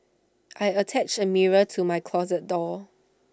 I attached A mirror to my closet door